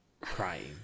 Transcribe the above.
crying